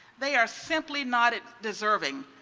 they are simply not deserving.